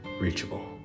reachable